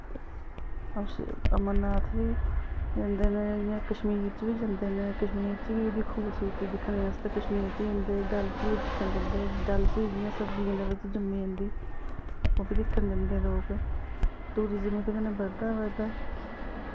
अस अमरनाथ बी जंदे न इ'यां कश्मीर च बी जंदे न कश्मीर च वी ओह्दी खूबसूरती दिक्खने आस्तै कश्मीर च जंदे डल झील दिक्खन जंदे डल झील जियां सर्दियें दे बिच्च जम्मी जंदी ओह् बी दिक्खन जंदे लोग टूरिजम ओह्दे कन्नै बद्धदा बद्धदा